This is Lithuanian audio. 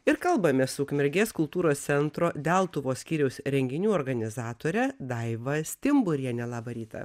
ir kalbamės su ukmergės kultūros centro deltuvos skyriaus renginių organizatore daiva stimburiene labą rytą